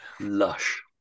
lush